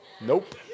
Nope